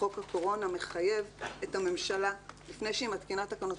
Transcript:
בחוק הקורונה מחייב את הממשלה לפני שהיא מתקינה תקנות,